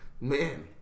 man